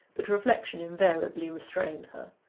but reflection invariably restrained her.